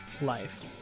life